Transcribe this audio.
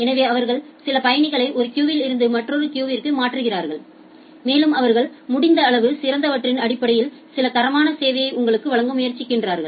எனவே அவர்கள் சில பயணிகளை ஒரு கியூவில் இருந்து மற்றொரு கியூற்கு மாற்றுகிறார்கள் மேலும் அவர்கள் முடிந்த அளவு சிறந்தவற்றின் அடிப்படையில் சில தரமான சேவையை உங்களுக்கு வழங்க முயற்சிக்கிறார்கள்